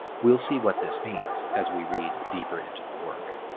we'll see what this means as we read deeper into the work.